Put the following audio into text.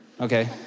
Okay